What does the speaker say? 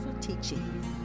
teaching